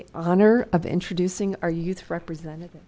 the honor of introducing our youth representative